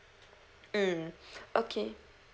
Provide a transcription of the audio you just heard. mm okay